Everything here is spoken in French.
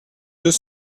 deux